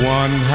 one